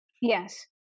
Yes